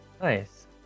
Nice